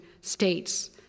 states